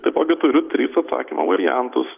taipogi kurių tris atsakymo variantus